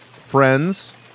friends